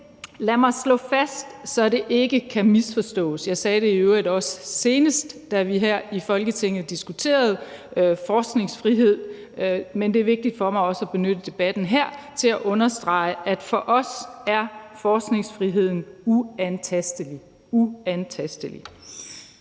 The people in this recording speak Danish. lad mig slå fast, så det ikke kan misforstås, og det sagde jeg i øvrigt også senest, da vi her i Folketinget diskuterede forskningsfrihed, men det er vigtigt for mig også at benytte debatten her til at understrege det, at for os er forskningsfriheden uantastelig